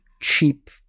cheap